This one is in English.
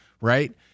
right